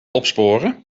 opsporen